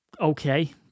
okay